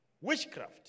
Witchcraft